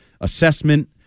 assessment